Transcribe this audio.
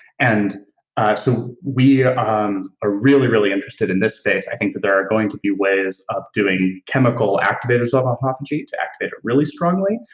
and so, we are um are really, really interested in this space. i think that there are going to be ways of doing chemical activators of autophagy to activate it really strongly,